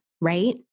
right